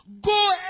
Go